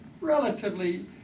relatively